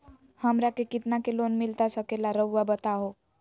हमरा के कितना के लोन मिलता सके ला रायुआ बताहो?